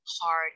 hard